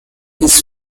his